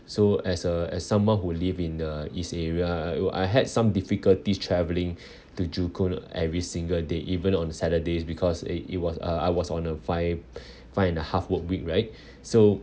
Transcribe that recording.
so as a as someone who live in the east area I I had some difficulties travelling to joo koon every single day even on saturdays because eh it was uh I was on a five five and a half work week right so